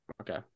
okay